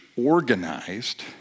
organized